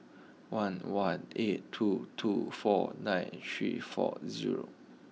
one one eight two two four nine three four zero